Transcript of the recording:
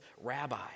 Rabbi